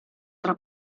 tra